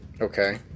Okay